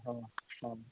ହଁ ହଉ